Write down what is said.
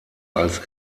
als